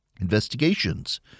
Investigations